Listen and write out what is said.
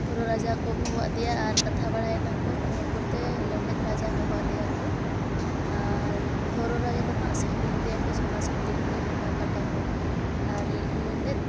ᱦᱚᱨᱚ ᱨᱟᱡᱟ ᱠᱚ ᱦᱚᱦᱚ ᱟᱫᱮᱭᱟ ᱟᱨ ᱠᱟᱛᱷᱟ ᱵᱟᱲᱟᱭᱮᱱᱟᱠᱚ ᱚᱱᱟ ᱯᱚᱨᱛᱮ ᱞᱮᱸᱰᱮᱛ ᱨᱟᱡᱟ ᱦᱚᱦᱚ ᱟᱫᱮᱭᱟᱠᱚ ᱟᱨ ᱦᱚᱨᱚ ᱨᱟᱡᱟ ᱫᱚ ᱱᱟᱦᱟᱸᱜ ᱥᱤᱠᱲᱤ ᱞᱮᱫᱮᱭᱟᱠᱚ ᱥᱚᱱᱟ ᱥᱤᱠᱲᱤ ᱠᱚᱛᱮ ᱜᱚᱴᱟ ᱠᱟᱴᱟ ᱠᱚ ᱟᱨ ᱞᱮᱸᱰᱮᱫ